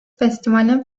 festivale